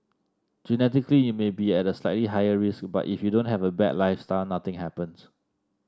genetically you may be at a slightly higher risk but if you don't have a bad lifestyle nothing happens